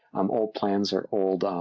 um, old plans or old,